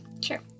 Sure